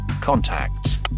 contacts